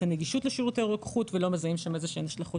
הנגישות לשירותי רוקחות ולא מזהים שם איזה השלכות